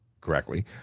Correctly